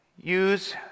Use